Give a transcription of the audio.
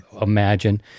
imagine